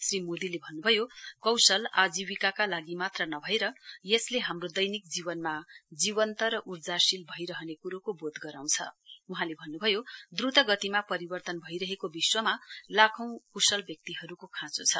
श्री मोदीले भन्नभयो कौसल आजीविकाका लागि मात्र नभएर यसले हाम्रो दैनिक जीवनमा जीवन्त र उर्जाशील भइरहने कुरोको बोध गराउँछ वहाँहले भन्नुभयो द्वत गतिमा परिवर्तन भइरहेको विश्वमा लाखौं कुशल व्यक्तिहरूको खाँचो छ